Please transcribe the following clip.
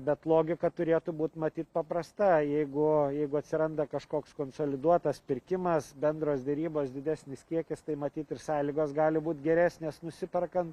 bet logika turėtų būt matyt paprasta jeigu jeigu atsiranda kažkoks konsoliduotas pirkimas bendros derybos didesnis kiekis tai matyt ir sąlygos gali būt geresnės nusiperkant